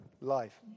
life